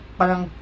parang